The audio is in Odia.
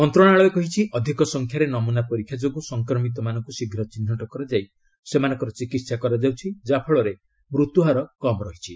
ମନ୍ତ୍ରଣାଳୟ କହିଛି ଅଧିକ ସଂଖ୍ୟାରେ ନମୁନା ପରୀକ୍ଷା ଯୋଗୁଁ ସଂକ୍ରମିତମାନଙ୍କୁ ଶୀଘ୍ର ଚିହ୍ନଟ କରାଯାଇ ସେମାନଙ୍କର ଚିକିତ୍ସା କରାଯାଉଛି ଯା'ଫଳରେ ମୃତ୍ୟୁହାର କମ୍ ରହିଛି